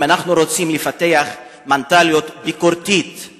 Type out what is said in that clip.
אם אנחנו רוצים לפתח מנטליות ביקורתית,